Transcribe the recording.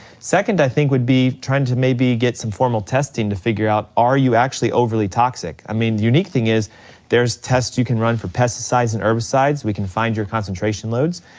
second i think would be trying to maybe get some formal testing to figure out, are you actually overly toxic? i mean, the unique thing is there's tests you can run for pesticides and herbicides, we can find your concentration loads,